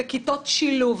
בכיתות שילוב,